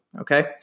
okay